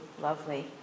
lovely